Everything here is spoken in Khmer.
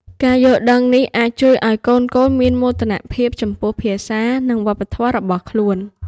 ការយល់ដឹងនេះអាចជួយឱ្យកូនៗមានមោទនភាពចំពោះភាសា និងវប្បធម៌របស់ខ្លួន។